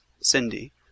Cindy